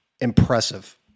impressive